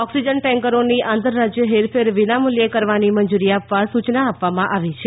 oxygen ટેન્કરોની આંતર રાજ્ય હેરફેર વિનામૂલ્યે કરવા મંજૂરી આપવા સૂચના આપવામાં આવી છે